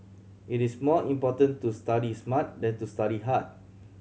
it is more important to study smart than to study hard